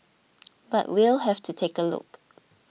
but we'll have to take a look